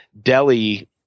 Delhi